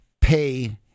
pay